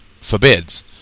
forbids